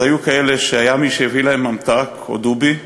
אז היו כאלה שהיה מי שהביא להם ממתק, או דובי,